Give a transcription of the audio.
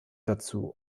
dazu